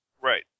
Right